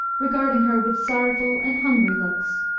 regarding her with sorrowful and hungry looks.